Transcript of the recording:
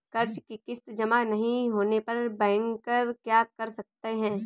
कर्ज कि किश्त जमा नहीं होने पर बैंकर क्या कर सकते हैं?